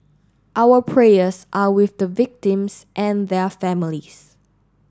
our prayers are with the victims and their families